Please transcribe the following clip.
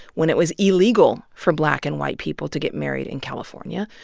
when it was illegal for black and white people to get married in california.